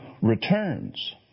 returns